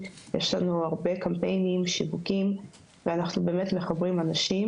יש לנו הרבה קמפיינים שיווקיים ואנחנו באמת מחברים אנשים,